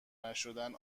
نشدن